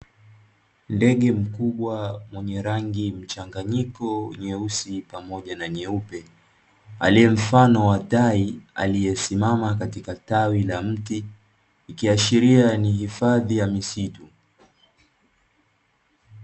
Ndege mkubwa mwenye rangi mchanganyiko nyeusi pamoja na nyeupe, aliye mfano wa tai aliyesimama katika tawi la mti, ikiashiria ni hifadhi ya misitu.